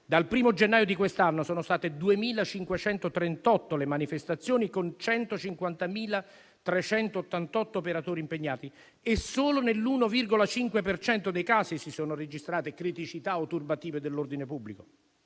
Dal 1° gennaio di quest'anno sono state 2.538 le manifestazioni, con 150.388 operatori impegnati, e solo nell'1,5 per cento dei casi si sono registrate criticità o turbative dell'ordine pubblico.